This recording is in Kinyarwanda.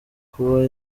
kuba